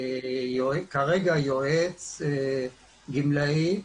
כרגע יועץ גמלאי,